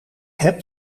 heb